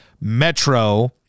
Metro